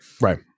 Right